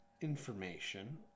information